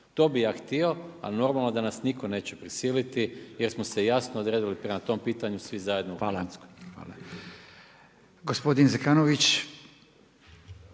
To bih ja htio, a normalno da nas nitko neće prisiliti jer smo se jasno odredili prema tom pitanju svi zajedno u Hrvatskoj. **Radin,